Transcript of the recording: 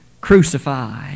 Crucify